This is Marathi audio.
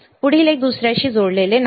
पुढील एक दुसऱ्याशी जोडलेले नाही